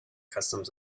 customs